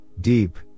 deep